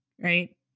right